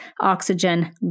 oxygen